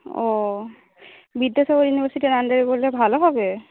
ও বিদ্যাসাগর ইউনিভার্সিটির আন্ডারে করলে ভাল হবে